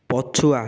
ପଛୁଆ